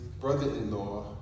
brother-in-law